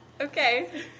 Okay